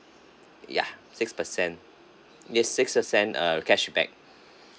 ya six percent yes six percent uh cashback